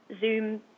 Zoom